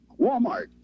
Walmart